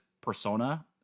persona